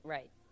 Right